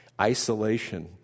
isolation